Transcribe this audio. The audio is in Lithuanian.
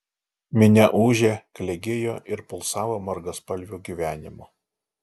minia ūžė klegėjo ir pulsavo margaspalviu gyvenimu